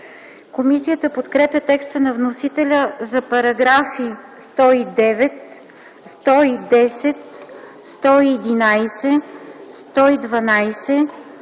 Комисията подкрепя текста на вносителя за параграфи 109, 110, 111, 112,